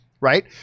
Right